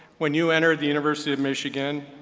when you entered the university of michigan,